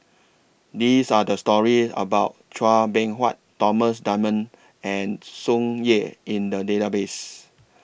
These Are The stories about Chua Beng Huat Thomas Dunman and Tsung Yeh in The Database